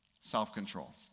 self-control